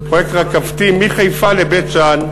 פרויקט רכבתי מחיפה לבית-שאן,